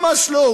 ממש לא.